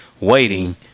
waiting